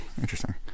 Interesting